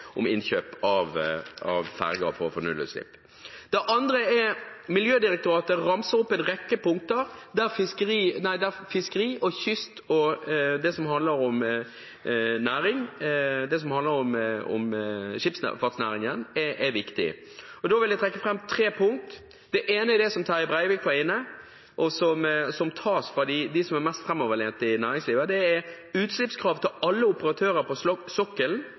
om nullutslipp ved innkjøp av ferger? Det andre er: Miljødirektoratet ramser opp en rekke punkter der det som handler om fiskeri-, kyst- og skipsfartsnæringen, er viktig. Da vil jeg trekke fram det som Terje Breivik var inne på – som nå tas fra dem som er mest framoverlent i næringslivet – med at det skal stilles strengere utslippskrav til alle operatører på sokkelen.